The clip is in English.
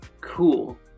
Cool